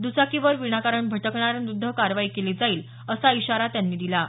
दचाकीवर विनाकारण भटकणाऱ्याविरुद्ध कारवाई केली जाईल असा इशारा त्यांनी दिला आहे